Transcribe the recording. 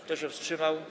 Kto się wstrzymał?